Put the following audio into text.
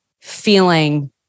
feeling